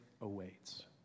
awaits